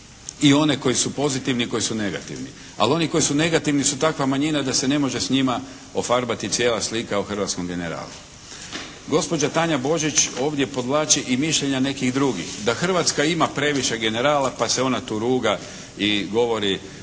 i one koji su pozitivni i koji su negativni. Ali oni koji su negativni su takva manjina da se ne može s njima ofarbati cijela slika o hrvatskom generalu. Gospođa Tanja Božić ovdje podvlači i mišljenja nekih drugih, da hrvatska ima previše generala pa se ona tu ruga i govori